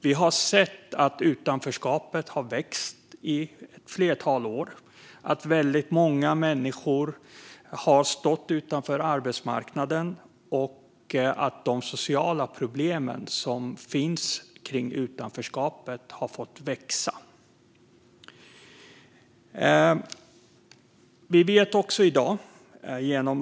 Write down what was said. Vi har sett att utanförskapet har växt i ett flertal år, att väldigt många människor har stått utanför arbetsmarknaden och att de sociala problem som finns kring utanförskapet har fått växa.